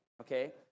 Okay